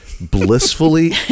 blissfully